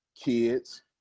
kids